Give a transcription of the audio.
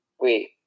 Wait